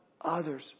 others